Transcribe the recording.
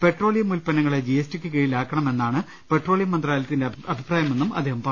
petroleum ഉത്പന്നങ്ങളെ ജിഎസ്ടിക്ക് കിഴിലാ ക്കണമെന്നാണ് പെട്രോളിയം മന്ത്രാലയത്തിന്റെ അഭിപ്രായമെന്നും അദ്ദേ ഹം പറഞ്ഞു